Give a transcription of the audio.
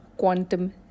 quantum